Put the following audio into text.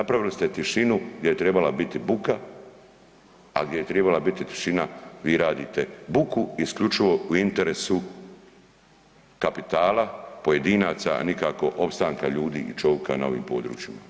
Napravili ste tišinu gdje je trebala biti buka, a gdje je trebala biti tišina, vi radite buku isključivo u interesu kapitala pojedinaca, a nikako opstanka ljudi i čovika na ovom području.